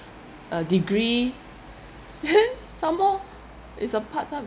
uh degree then some more is a part time